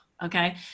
Okay